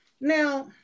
Now